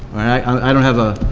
i don't have a